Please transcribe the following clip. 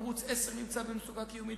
ערוץ-10 נמצא במצוקה קיומית.